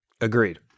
Agreed